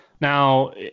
Now